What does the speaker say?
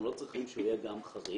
אנחנו לא צריכים שהוא יהיה גם חריג,